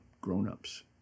grown-ups